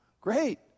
great